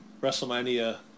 WrestleMania